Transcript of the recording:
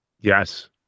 Yes